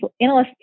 analysts